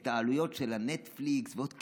את העלויות של הנטפליקס ועוד קשקושים,